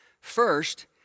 First